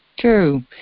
True